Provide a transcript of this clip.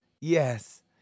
Yes